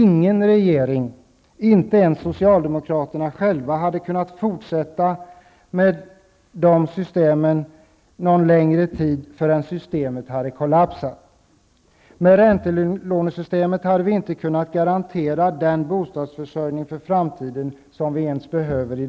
Ingen regering, och inte ens socialdemokraterna själva, skulle ha kunnat fortsätta med ett sådant här system under en längre tid. Systemet skulle förr eller senare kollapsa. Med räntelånesystemet skulle vi inte kunna garantera den bostadsförsörjning för framtiden som behövs i vårt land.